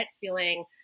feeling